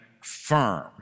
firm